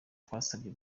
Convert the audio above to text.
twasabye